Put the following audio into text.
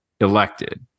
elected